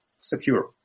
secure